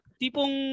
tipong